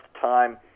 time